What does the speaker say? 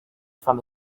from